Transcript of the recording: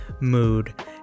mood